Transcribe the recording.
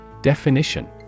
Definition